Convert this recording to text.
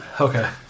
okay